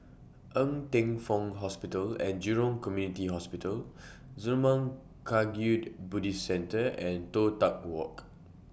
Ng Teng Fong Hospital and Jurong Community Hospital Zurmang Kagyud Buddhist Centre and Toh Tuck Walk